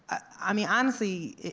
i mean, honestly,